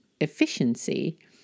efficiency